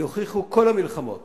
יוכיחו כל המלחמות